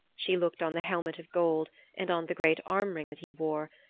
she looked on the helmet of gold and on the great armring that he wore,